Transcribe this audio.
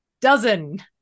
Dozen